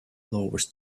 lovers